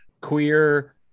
queer